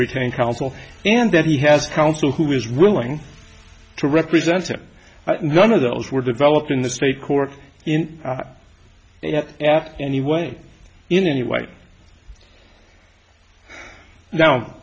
retain counsel and that he has counsel who is willing to represent him none of those were developed in the state court in any way in any way no